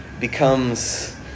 becomes